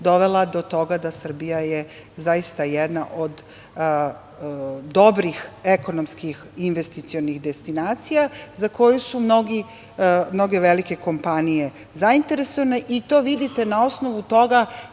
dovela do toga da je Srbija zaista jedna od dobrih ekonomskih, investicionih destinacija za koju su mnoge velike kompanije zainteresovane. To vidite na osnovu toga